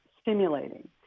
stimulating